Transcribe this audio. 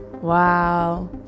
wow